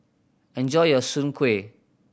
enjoy your Soon Kueh